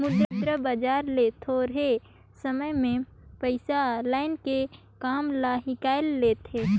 मुद्रा बजार ले थोरहें समे बर पइसा लाएन के काम ल हिंकाएल लेथें